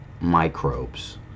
microbes